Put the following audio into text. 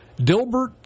Dilbert